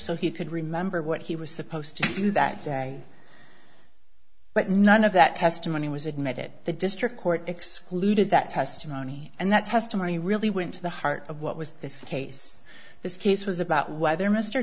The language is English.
so he could remember what he was supposed to do that day but none of that testimony was admitted the district court excluded that testimony and that testimony really went to the heart of what was this case this case was about whether mr